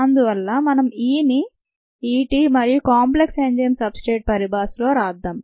అందువల్ల మనం E ని E t మరియు కాంప్లెక్స్ఎంజైమ్ సబ్ స్ట్రేట్ పరిభాషలో రాద్దాం